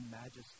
majesty